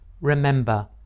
remember